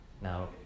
now